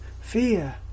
fear